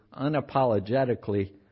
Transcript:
unapologetically